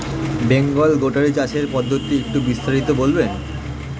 বেঙ্গল গোটারি চাষের পদ্ধতি একটু বিস্তারিত বলবেন?